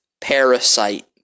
Parasite